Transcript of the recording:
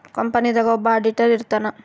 company ದಾಗ ಒಬ್ಬ auditor ಇರ್ತಾನ